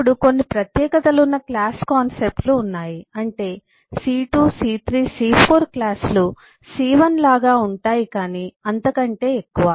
అప్పుడు కొన్ని ప్రత్యేకతలున్న క్లాస్ కాన్సెప్ట్ లు ఉన్నాయి అంటే C2 C3 C4 క్లాస్ లు C1 లాగా ఉంటాయి కాని అంతకంటే ఎక్కువ